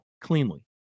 cleanly